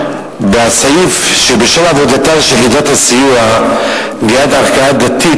בסעיף האומר שבשל עבודתה של יחידת הסיוע ליד ערכאה דתית,